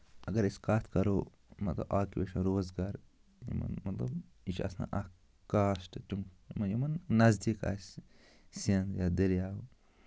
اَگر أسۍ کَتھ کرو مطلب اوکِپیشَن روزگار یِمَن مطلب یہِ چھِ آسان اَکھ کاسٹ تِم یِمَن یِمَن نزدیٖک آسہِ سِنٛد یا دٔریاو